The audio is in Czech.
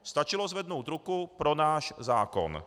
Stačilo zvednout ruku pro náš zákon.